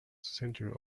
centre